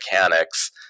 mechanics